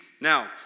Now